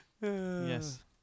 Yes